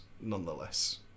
Nonetheless